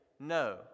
no